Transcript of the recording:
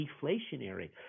deflationary